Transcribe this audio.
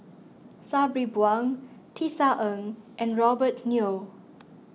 Sabri Buang Tisa Ng and Robert Yeo